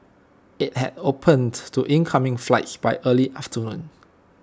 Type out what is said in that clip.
IT had opened to incoming flights by early afternoon